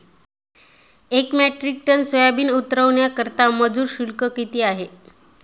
एक metric tonne soybean उतरवण्याकरता मजूर शुल्क किती आहे?